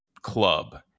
club